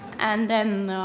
and then